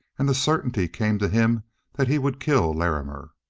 and the certainty came to him that he would kill larrimer.